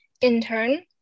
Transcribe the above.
intern